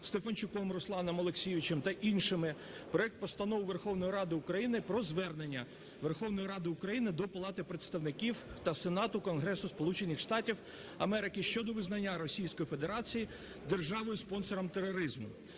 Стефанчуком Русланом Олексійовичем та іншими проект Постанови Верховної Ради України про Звернення Верховної Ради України до Палати представників та Сенату Конгресу Сполучених Штатів Америки щодо визнання Російської Федерації державою - спонсором тероризму.